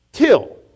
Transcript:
Till